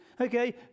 Okay